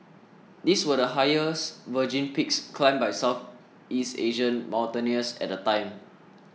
these were the highest virgin peaks climbed by Southeast Asian mountaineers at the time